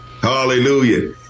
hallelujah